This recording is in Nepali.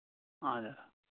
हजुर